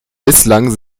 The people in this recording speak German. bislang